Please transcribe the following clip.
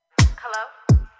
Hello